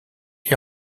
est